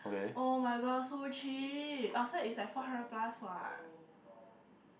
[oh]-my-god so cheap outside is like four hundred plus [what]